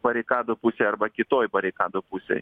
barikadų pusėj arba kitoj barikadų pusėj